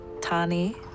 Tani